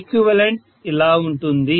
equivalent ఇలా ఉంటుంది